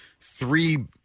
three